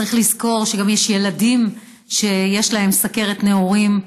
צריך לזכור שיש גם ילדים שיש להם סוכרת נעורים.